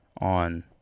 On